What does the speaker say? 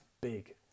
big